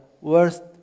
worst